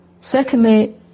Secondly